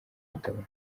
kutabona